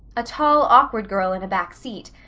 a tall, awkward girl in a back seat,